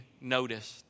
noticed